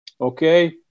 Okay